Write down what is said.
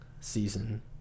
season